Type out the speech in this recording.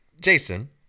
Jason